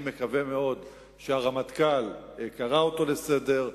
אני מקווה מאוד שהרמטכ"ל קרא אותו לסדר.